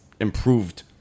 improved